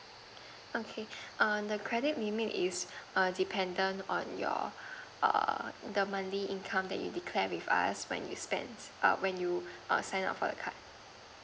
okay err the credit limit is err dependent on your err the monthly income that you declared with us when you spend err when you err sign up for the card